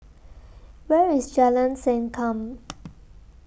Where IS Jalan Sankam